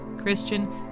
Christian